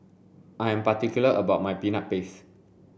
I am particular about my peanut paste